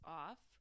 off